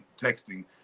texting